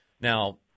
Now